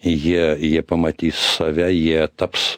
jie jie pamatys save jie taps